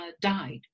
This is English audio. died